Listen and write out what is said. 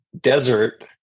desert